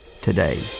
today